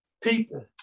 people